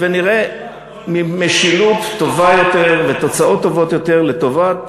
ונראה משילות טובה יותר ותוצאות טובות יותר לטובת